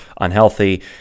unhealthy